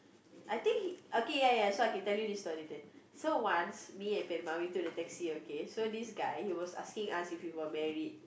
I think okay ya ya so I can tell you this story then so once we and grandma we took the taxi okay so this guy he was asking us if we were married